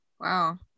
Wow